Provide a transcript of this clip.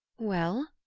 well?